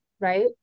right